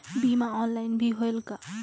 बीमा ऑनलाइन भी होयल का?